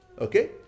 okay